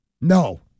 No